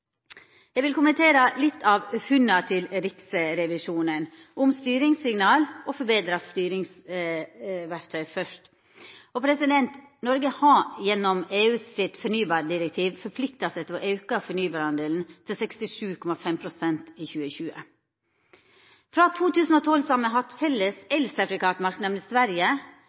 Eg vil kommentera litt av funna til Riksrevisjonen, fyrst om styringssignal og forbetra styringsverktøy. Noreg har gjennom EUs fornybardirektiv forplikta seg til å auka fornybardelen til 67,5 pst. i 2020. Frå 2012 har me hatt felles elsertifikatmarknad med Sverige,